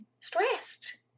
stressed